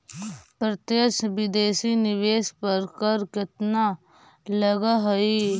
प्रत्यक्ष विदेशी निवेश पर कर केतना लगऽ हइ?